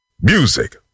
music